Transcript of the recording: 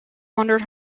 wondered